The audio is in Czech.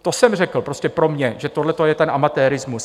To jsem řekl, prostě pro mě, že tohle je ten amatérismus.